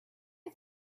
you